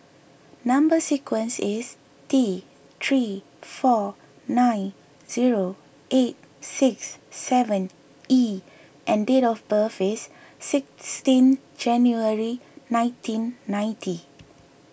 Number Sequence is T three four nine zero eight six seven E and date of birth is sixteenth January nineteen ninety